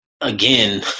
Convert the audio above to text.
again